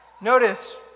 Notice